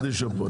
אחד יישב פה.